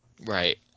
Right